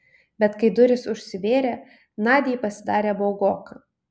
bet kai durys užsivėrė nadiai pasidarė baugoka